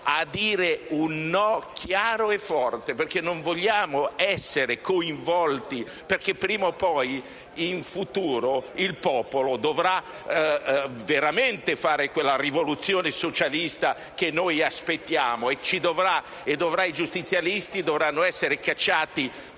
- un no chiaro e forte, perché non vogliamo essere coinvolti. Prima o poi, infatti, il popolo dovrà fare veramente quella rivoluzione socialista che aspettiamo ed i giustizialisti dovranno essere cacciati